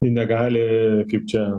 nu negali kaip čia